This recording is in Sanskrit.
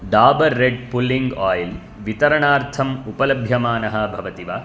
डाबर् रेड् पुल्लिङ्ग् आयिल् वितरणार्थम् उपलभ्यमानः भवति वा